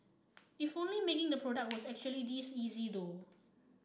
if only making the product was actually this easy though